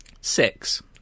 Six